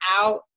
out